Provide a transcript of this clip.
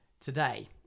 today